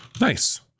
nice